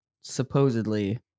supposedly